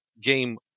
Game